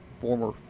former